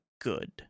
good